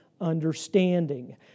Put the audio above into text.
understanding